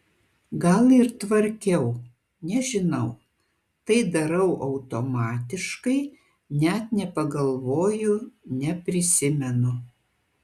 gal ir tvarkiau nežinau tai darau automatiškai net nepagalvoju neprisimenu